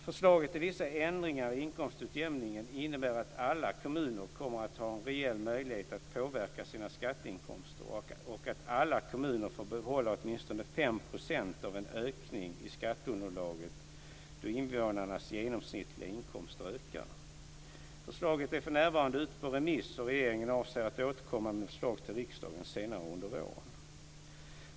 Förslaget till vissa ändringar i inkomstutjämningen innebär att alla kommuner kommer att ha en reell möjlighet att påverka sina skatteinkomster och att alla kommuner får behålla åtminstone 5 % av en ökning i skatteunderlaget då invånarnas genomsnittliga inkomster ökar. Förslaget är för närvarande ute på remiss och regeringen avser att återkomma med förslag till riksdagen senare under våren.